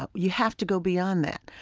but you have to go beyond that.